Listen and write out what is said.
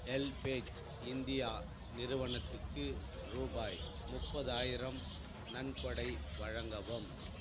HelpAge India நிறுவனத்துக்கு ரூபாய் முப்பதாயிரம் நன்கொடை வழங்கவும்